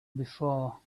before